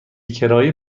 کرایه